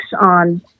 on